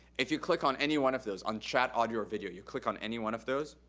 if you click on any one of those, on chat, audio or video, you click on any one of those,